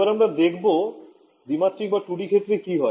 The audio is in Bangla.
এবার আমরা দেখবো দ্বিমাত্রিক ক্ষেত্রে কি হয়